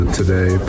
today